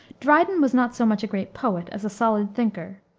dryden was not so much a great poet, as a solid thinker,